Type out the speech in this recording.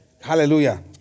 Hallelujah